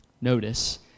Notice